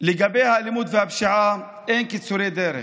לגבי האלימות והפשיעה, אין קיצורי דרך.